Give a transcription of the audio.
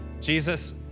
Jesus